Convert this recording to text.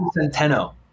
Centeno